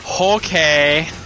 Okay